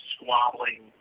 squabbling